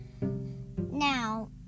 Now